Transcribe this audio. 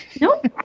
Nope